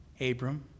Abram